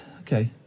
Okay